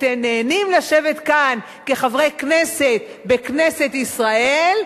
אתם נהנים לשבת כאן כחברי כנסת בכנסת ישראל,